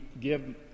give